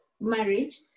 marriage